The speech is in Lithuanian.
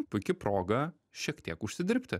puiki proga šiek tiek užsidirbti